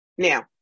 Now